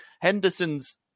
Henderson's